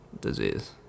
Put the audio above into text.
disease